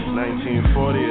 1940